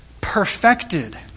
perfected